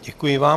Děkuji vám.